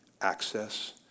access